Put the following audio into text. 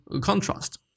contrast